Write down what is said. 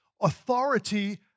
authority